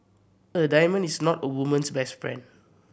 a diamond is not a woman's best friend